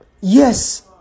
Yes